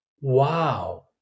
wow